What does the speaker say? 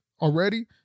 already